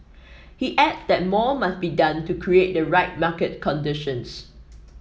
he add that more must be done to create the right market conditions